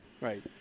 right